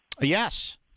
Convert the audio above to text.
Yes